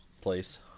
place